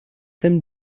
them